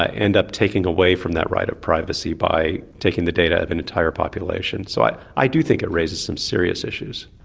ah end up taking away from that right of privacy by taking the data of an entire population. so i i do think it raises some serious issues.